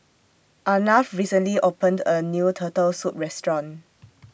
Arnav recently opened A New Turtle Soup Restaurant